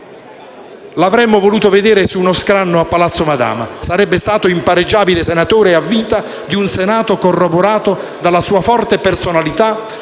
Avremmo voluto vederlo su uno scranno a Palazzo Madama: sarebbe stato impareggiabile senatore a vita di un Senato corroborato dalla sua forte personalità,